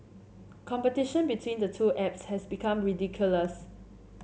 competition between the two apps has become ridiculous